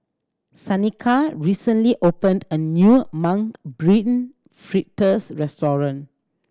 Shanika recently opened a new Mung Bean Fritters restaurant